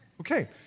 Okay